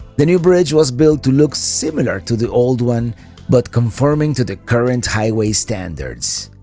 the new bridge was built to look similar to the old one but conforming to the current highway standards.